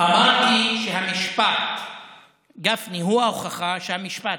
אמרתי שגפני הוא ההוכחה שהמשפט: